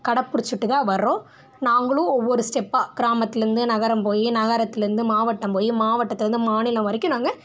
கடைப்புடிச்சிட்டு தான் வரோம் நாங்களும் ஒவ்வொரு ஸ்டெப்பாக கிராமத்துலேருந்து நகரம் போய் நகரத்துலேருந்து மாவட்டம் போய் மாவட்டத்துலேருந்து மாநிலம் வரைக்கும் நாங்கள்